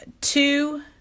two